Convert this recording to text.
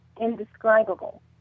indescribable